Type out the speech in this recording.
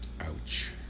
Ouch